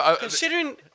Considering